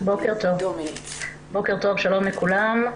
שלום לכולם.